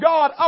God